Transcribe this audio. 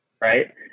right